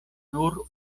nur